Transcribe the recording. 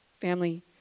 Family